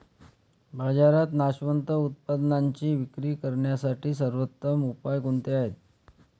बाजारात नाशवंत उत्पादनांची विक्री करण्यासाठी सर्वोत्तम उपाय कोणते आहेत?